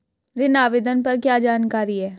ऋण आवेदन पर क्या जानकारी है?